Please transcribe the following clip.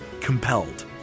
Compelled